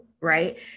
Right